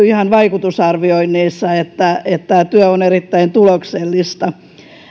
ihan vaikutusarvioinneissa on todettu että työ on erittäin tuloksellista